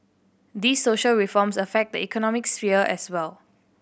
these social reforms affect the economic sphere as well